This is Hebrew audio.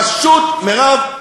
מירב,